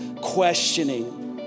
questioning